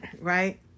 right